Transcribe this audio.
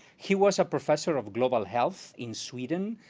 he was a professor of global health in sweden,